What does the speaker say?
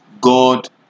God